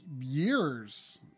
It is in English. years